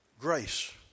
grace